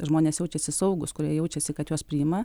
žmonės jaučiasi saugūs kur jie jaučiasi kad juos priima